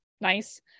nice